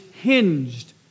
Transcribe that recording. hinged